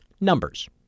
Numbers